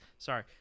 sorry